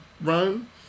run